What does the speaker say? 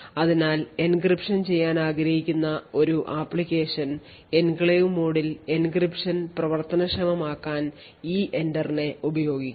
അതിനാൽ എൻക്രിപ്ഷൻ ചെയ്യാൻ ആഗ്രഹിക്കുന്ന ഒരു അപ്ലിക്കേഷൻ എൻക്ലേവ് മോഡിൽ എൻക്രിപ്ഷൻ പ്രവർത്തനക്ഷമമാക്കാൻ EENTER നെ ഉപയോഗിക്കാം